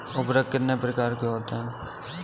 उर्वरक कितने प्रकार के होते हैं?